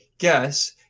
guess